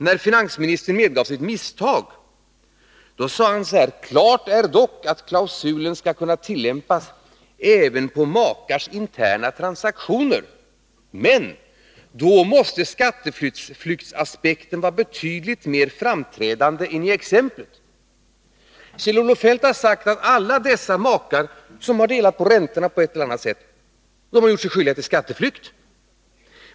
När finansministern medgav sitt misstag sade han: Klart är dock att klausulen skall kunna tillämpas även på makars interna transaktioner, men då måste skatteflyktsaspekten vara betydligt mer framträdande än i exemplet. Kjell-Olof Feldt har sagt att alla dessa makar som på ett eller annat sätt har delat på räntorna har gjort sig skyldiga till skatteflykt.